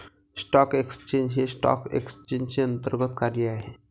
stock exchange हे stock एक्सचेंजचे अंतर्गत कार्य आहे